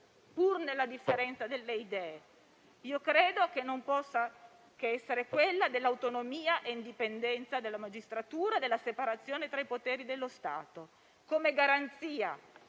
pur nella differenza delle idee? Credo che non possa che essere quella dell'autonomia e indipendenza della magistratura, della separazione tra i poteri dello Stato come garanzia